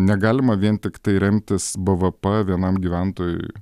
negalima vien tiktai remtis bvp vienam gyventojui